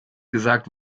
gesagt